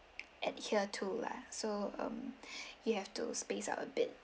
adhered to lah so um you have to space out a bit